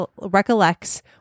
recollects